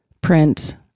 print